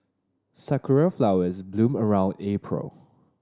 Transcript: sakura flowers bloom around April